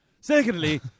Secondly